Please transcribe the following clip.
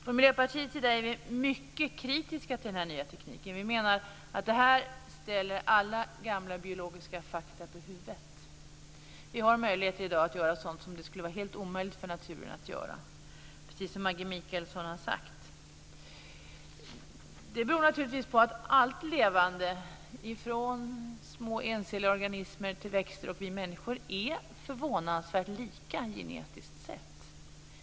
Från Miljöpartiets sida är vi mycket kritiska till den nya tekniken. Vi menar att det här ställer alla gamla biologiska fakta på huvudet. Vi har möjligheter i dag att göra sådant som det skulle vara helt omöjligt för naturen att göra, precis som Maggi Mikaelsson har sagt. Det beror naturligtvis på att allt levande, från små enskilda organismer och till växter och oss människor, är förvånansvärt lika genetiskt sett.